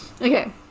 Okay